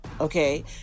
okay